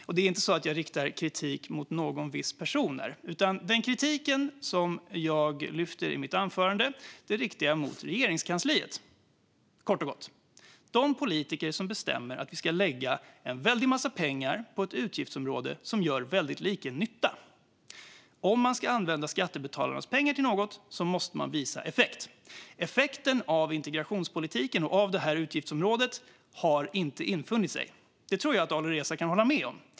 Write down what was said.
Det är inte heller så att jag riktar kritik mot någon enskild person, utan den kritik jag lyfte i mitt anförande riktar jag mot Regeringskansliet - kort och gott mot de politiker som bestämmer att vi ska lägga en väldig massa pengar på ett utgiftsområde som gör väldigt liten nytta. Om man ska använda skattebetalarnas pengar till något måste man visa effekt, och effekten av integrationspolitiken och av det här utgiftsområdet har inte infunnit sig. Det tror jag att Alireza kan hålla med om.